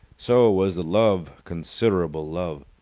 so was the love considerable love.